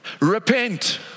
Repent